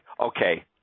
okay